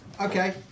Okay